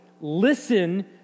listen